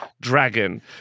Dragon